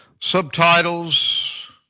subtitles